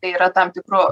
tai yra tam tikru